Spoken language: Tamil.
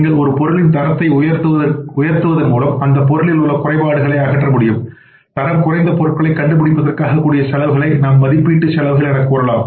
நீங்கள் ஒரு பொருளின் தரத்தை உயர்த்துவதன் மூலம் அந்த பொருளில் உள்ள குறைபாடுகளை அகற்ற முடியும் தரம் குறைந்த பொருட்களை கண்டுபிடிப்பதற்காக கூடிய செலவுகளை நாம் மதிப்பீட்டு செலவுகள் எனக் கூறலாம்